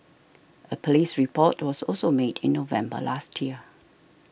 a police report was also made in November last year